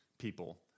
people